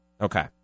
Okay